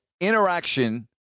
interaction